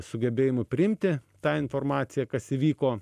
sugebėjimu priimti tą informaciją kas įvyko